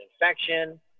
infection